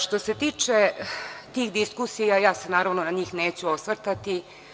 Što se tiče tih diskusija, ja se na njih neću osvrtati.